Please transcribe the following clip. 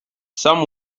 some